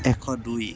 এশ দুই